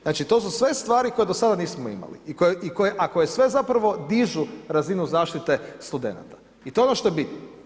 Znači to su sve stvari koje stvari koje do sada nismo imali a koje sve zapravo dižu razinu zaštite studenata i to je ono što je bitno.